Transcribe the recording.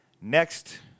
Next